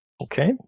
Okay